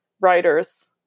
writers